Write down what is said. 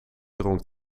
dronk